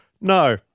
no